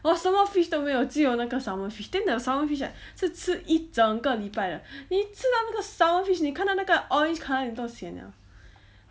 我什么 fish 都没有只有那个 salmon fish then salmon fish like 是吃一整个礼拜的你知道那个 salmon fish 你看到那个 orange colour 你都 sian liao